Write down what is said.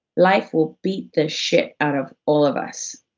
life will beat the shit out of all of us.